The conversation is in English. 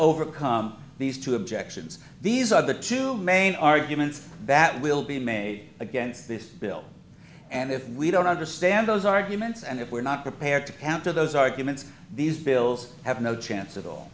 overcome these two objections these are the two main arguments that will be made against this bill and if we don't understand those arguments and if we're not prepared to counter those arguments these bills have no chance